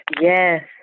Yes